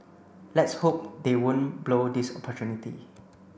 let's hope they won't blow this opportunity